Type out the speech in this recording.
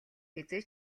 хэзээ